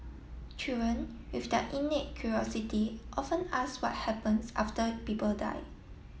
children with their innate curiosity often ask what happens after people die